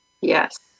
Yes